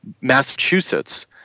Massachusetts